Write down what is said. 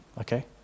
okay